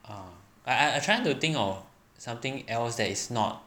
ah I I I trying to think of something else that is not